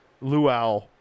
luau